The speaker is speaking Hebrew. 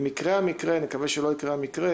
אם יקרה המקרה נקווה שלא יקרה המקרה